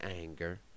anger